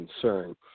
concern